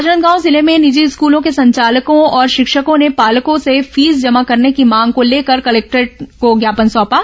राजनांदगांव जिले में निजी स्कूलों के संचालकों और शिक्षकों ने पालको से फीस जमा कराने की मांग को लेकर कलेक्टर को ज्ञापन सौंपा